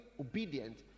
obedient